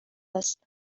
است